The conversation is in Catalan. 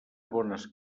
bones